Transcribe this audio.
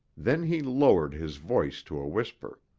then he lowered his voice to a whisper.